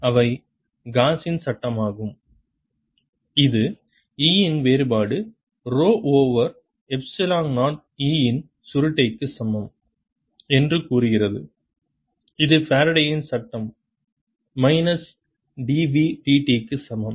அவை காஸின் Gausss சட்டமாகும் இது E இன் வேறுபாடு ரோ ஓவர் எப்சிலன் 0 E இன் சுருட்டை க்கு சமம் என்று கூறுகிறது இது ஃபாரடேயின் Faraday's சட்டம் minus d B d t க்கு சமம்